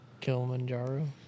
Kilimanjaro